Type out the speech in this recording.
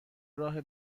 راه